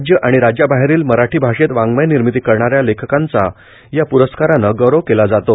राज्य आणि राज्याबाहेरील मराठी भाषेत वाङ्मय निर्मिती करणाऱ्या लेखकांचा या प्रस्काराने गौरव केला जातो